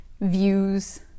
views